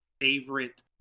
favorite